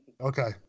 Okay